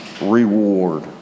reward